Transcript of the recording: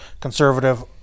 conservative